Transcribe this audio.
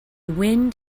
wind